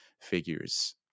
figures